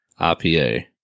IPA